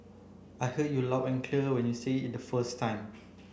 I heard you loud and clear when you said it the first time